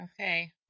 okay